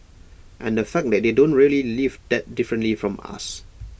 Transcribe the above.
and the fact that they don't really live that differently from us